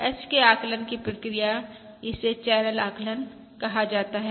h के आकलन की प्रक्रिया इसे चैनल आकलन कहा जाता है